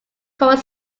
called